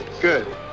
Good